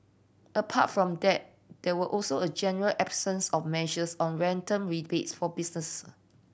apart from that there were also a general absence of measures on rental rebates for businesses